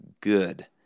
good